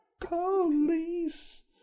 police